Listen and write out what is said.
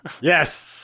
yes